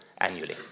annually